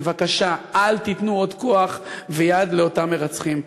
בבקשה אל תיתנו עוד כוח ויד לאותם מרצחים.